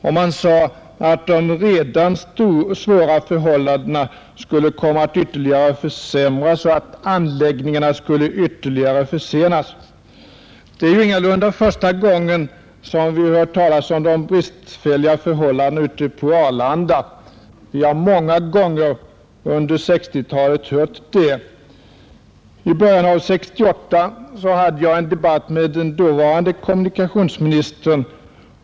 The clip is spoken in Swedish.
Verket framhöll att de redan svåra förhållandena skulle komma att ytterligare försämras om anläggningarna skulle ytterligare försenas. Det är ju ingalunda första gången som vi hört talas om de bristfälliga förhållandena ute på Arlanda. Vi har många gånger under 1960-talet hört dessa förhållanden omvittnas. I början av 1968 hade jag en debatt med dåvarande kommunikationsministern.